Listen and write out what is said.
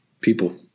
People